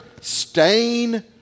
stain